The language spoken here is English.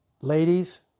ladies